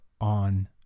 on